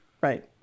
right